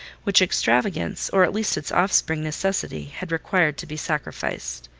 which extravagance, or at least its offspring, necessity, had required to be sacrificed.